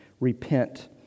Repent